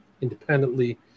independently